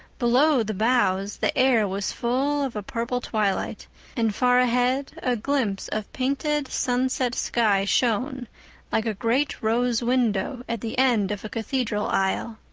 below the boughs the air was full of a purple twilight and far ahead a glimpse of painted sunset sky shone like a great rose window at the end of a cathedral aisle.